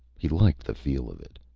he liked the feel of it.